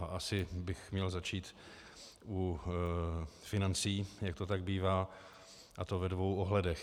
Asi bych měl začít u financí, jak to tak bývá, a to ve dvou ohledech.